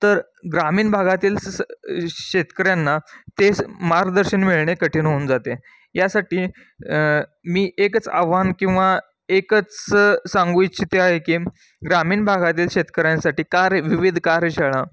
तर ग्रामीण भागातील स शेतकऱ्यांना ते स मार्गदर्शन मिळणे कठीण होऊन जाते यासाठी मी एकच आव्हान किंवा एकच सांगू इच्छिते आहे की ग्रामीण भागातील शेतकऱ्यांसाठी कार्य विविध कार्यशाळा